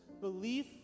belief